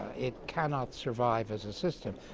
it cannot survive as a system.